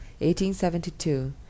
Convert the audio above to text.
1872